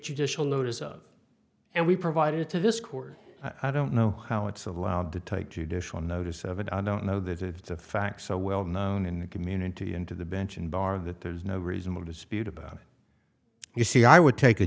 judicial notice of and we provided to this court i don't know how it's allowed to take judicial notice of it i don't know that if the facts are well known in the community and to the bench and bar of that there is no reasonable dispute about it you see i would take a